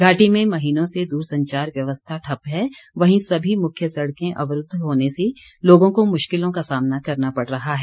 घाटी में महीनों से दूर संचार व्यवस्था ठप्प है वहीं सभी मुख्य सड़कें अवरुद्व होने से लोगों को मुश्किलों का सामना करना पड़ रहा है